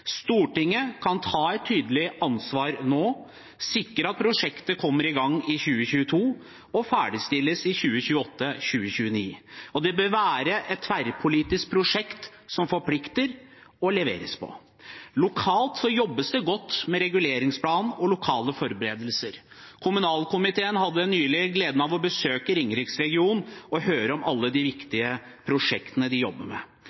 Stortinget kan ta et tydelig ansvar nå, sikre at prosjektet kommer i gang i 2022 og ferdigstilles i 2028/2029. Det bør være et tverrpolitisk prosjekt som forplikter, og som det leveres på. Lokalt jobbes det godt med reguleringsplanen og lokale forberedelser. Kommunalkomiteen hadde nylig gleden av å besøke Ringeriks-regionen og hørte om alle de viktige prosjektene de jobber med.